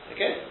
Okay